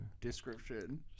Description